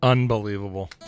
Unbelievable